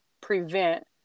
prevent